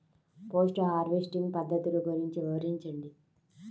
Post harvesting పద్ధతులు గురించి వివరించండి?